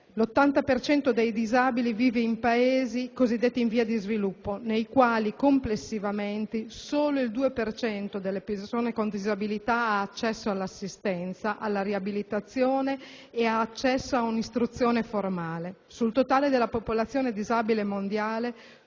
cento dei disabili vive nei cosiddetti Paesi in via di sviluppo, nei quali, complessivamente, solo il 2 per cento delle persone con disabilità ha accesso all'assistenza, alla riabilitazione, ad un'istruzione formale; sul totale della popolazione disabile mondiale